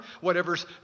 whatever's